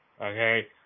Okay